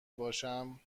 باشم